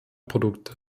produkte